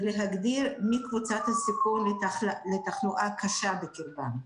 להגדיר מי קבוצת הסיכון לתחלואת קשה בקרבם.